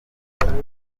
amateka